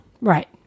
right